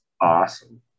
Awesome